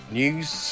news